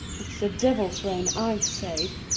it's the devil's rain, i say.